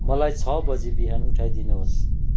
मलाई छ बजी बिहान उठाइदिनुहोस्